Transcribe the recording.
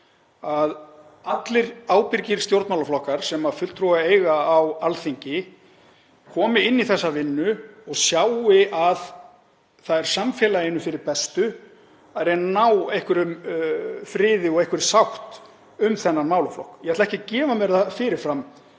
að allir ábyrgir stjórnmálaflokkar sem fulltrúa eiga á Alþingi komi inn í þessa vinnu og sjái að það er samfélaginu fyrir bestu að reyna að ná einhverjum friði og sátt um þennan málaflokk. Ég ætla ekki að gefa mér það fyrir fram